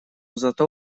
зато